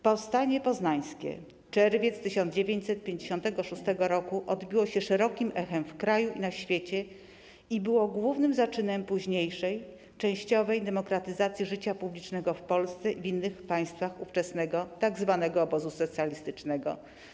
Powstanie Poznańskie - Czerwiec 1956 odbiło się szerokim echem w kraju i na świecie i było głównym zaczynem późniejszej, częściowej demokratyzacji życia publicznego w Polsce i w innych państwach ówczesnego tzw. obozu socjalistycznego.